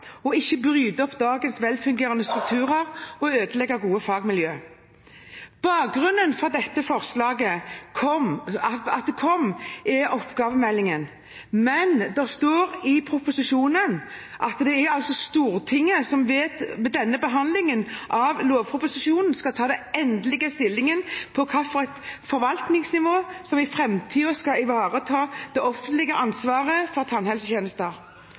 og ikke bryte opp dagens velfungerende strukturer og ødelegge gode fagmiljø. Bakgrunnen for at dette forslaget kom, er oppgavemeldingen, men det står i proposisjonen at det altså er Stortinget som ved denne behandlingen av lovproposisjonen skal ta endelig stilling til hvilket forvaltningsnivå som i framtiden skal ivareta det offentlige ansvaret for tannhelsetjenester.